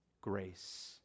Grace